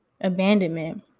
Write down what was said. abandonment